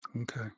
Okay